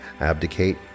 abdicate